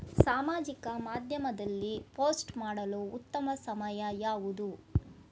ಸಾಮಾಜಿಕ ಮಾಧ್ಯಮದಲ್ಲಿ ಪೋಸ್ಟ್ ಮಾಡಲು ಉತ್ತಮ ಸಮಯ ಯಾವುದು?